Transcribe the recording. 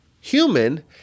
human